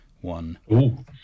one